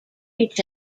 each